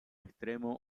extremo